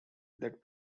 that